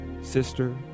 sister